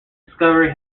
discovery